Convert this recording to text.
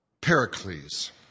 Pericles